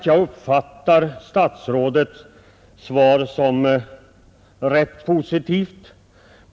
Jag uppfattar statsrådets svar som rätt positivt.